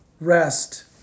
Rest